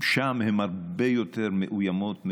ושם הם הרבה יותר מאוימים,